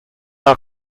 are